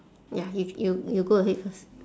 ya you you you go ahead first